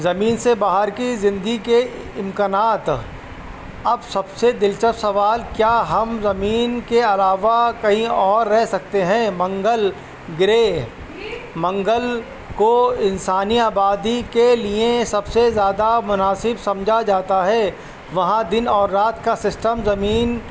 زمین سے باہر کی زندگی کے امکانات اب سب سے دلچسپ سوال کیا ہم زمین کے علاوہ کہیں اور رہ سکتے ہیں منگل گرہ منگل کو انسانی آبادی کے لیے سب سے زیادہ مناسب سمجھا جاتا ہے وہاں دن اور رات کا سسٹم زمین